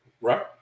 Right